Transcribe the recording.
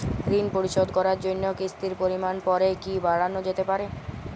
ঋন পরিশোধ করার জন্য কিসতির পরিমান পরে কি বারানো যেতে পারে?